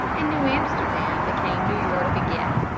and new amsterdam became new york again,